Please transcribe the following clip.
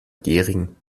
gehring